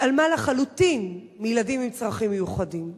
התעלמה לחלוטין מילדים עם צרכים מיוחדים.